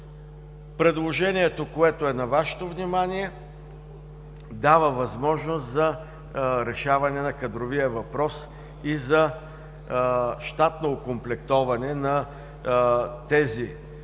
Предложението, което е на Вашето внимание, дава възможност за решаване на кадровия въпрос и за щатно окомплектоване на тези служби